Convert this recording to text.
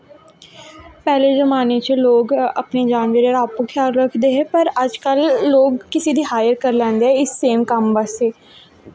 पैह्ले जमानें च लोग अपनें जानवर आपैं खायाल रखदे हे पर अज्ज कल लोक किसे गी हायर करी लैंदे इस सेम कम्म बास्तै